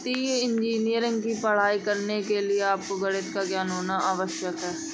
वित्तीय इंजीनियरिंग की पढ़ाई करने के लिए आपको गणित का ज्ञान होना अति आवश्यक है